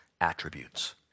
attributes